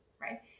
right